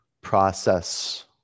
process